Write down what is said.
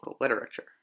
literature